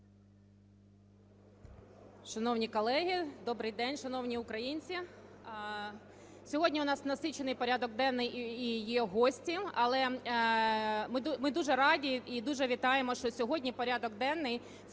Шановні колеги, добрий день шановні українці! Сьогодні у нас насичений порядок денний і є гості. Але ми дуже раді і дуже вітаємо, що сьогодні порядок денний